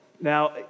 Now